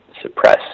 suppress